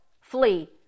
flee